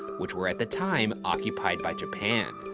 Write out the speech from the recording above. which were, at the time, occupied by japan,